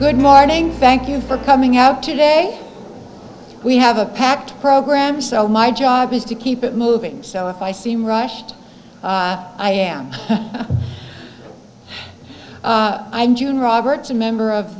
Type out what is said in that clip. good morning thank you for coming out today we have a packed program so my job is to keep it moving so if i seem rushed i am i'm john roberts a member of